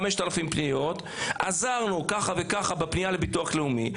לכמה אנשים הם עזרו בפנייה לביטוח לאומי,